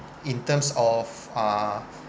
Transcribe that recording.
in terms of uh